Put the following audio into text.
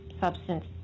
substance